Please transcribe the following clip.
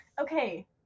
okay